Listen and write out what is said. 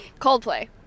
Coldplay